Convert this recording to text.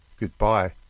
goodbye